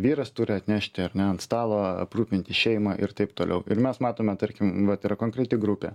vyras turi atnešti ar ne ant stalo aprūpinti šeimą ir taip toliau ir mes matome tarkim vat yra konkreti grupė